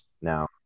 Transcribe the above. Now